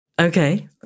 Okay